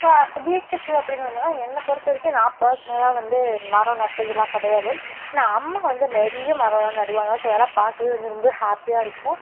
இப்போ வீட்டுக்கு அப்படின்னு வந்தோன்னால் என்னை பொறுத்த வரைக்கும் நான் பர்ஸ்னலாக வந்து மரம் நட்டதெல்லாம் கிடையாது ஆனால் அம்மா வந்து நிறைய மரமெல்லாம் நடுவாங்க ஸோ அதெல்லாம் பார்க்கவே வந்து ரொம்ப ஹேப்பியாக இருக்கும்